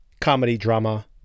comedy-drama